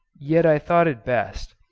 yet i thought it best,